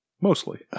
Mostly